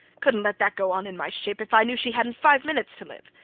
couldnt let that go on in my ship, if i knew she hadnt five minutes to live.